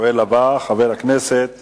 לשואל הבא, חבר הכנסת